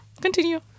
Continue